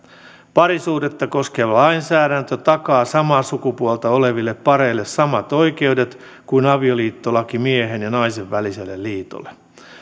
parisuhdetta koskeva lainsäädäntö takaa samaa sukupuolta oleville pareille samat oikeudet kuin avioliittolaki miehen ja naisen väliselle liitolle